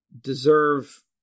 deserve